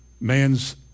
man's